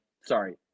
sorry